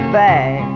back